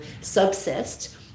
subsist